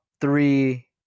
three